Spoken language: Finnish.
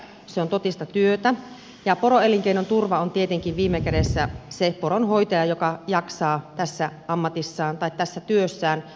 se on totista työtä ja poroelinkeinon turva on tietenkin viime kädessä se poronhoitaja joka jaksaa tässä työssään